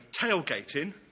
tailgating